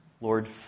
Lord